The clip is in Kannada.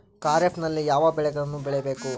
ಖಾರೇಫ್ ನಲ್ಲಿ ಯಾವ ಬೆಳೆಗಳನ್ನು ಬೆಳಿಬೇಕು?